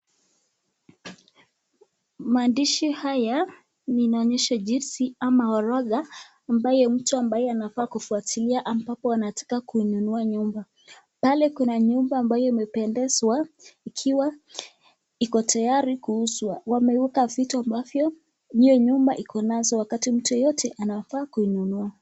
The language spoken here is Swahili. Maandishi haya inaonyesha jinsi ama orodha ambaye mtu anafaa kufuatilia ambapo anataka kuinunua nyumba, pale kuna nyumba ambayo imependezwa ikiwa iko tayari kuuzwa, wameweka vitu ambazo hiyo nyumba iko nazo wakati mtu yeyote anafaa kuinunua.